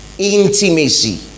intimacy